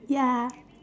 ya